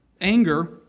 anger